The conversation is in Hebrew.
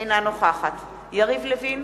אינה נוכחת יריב לוין,